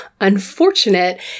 unfortunate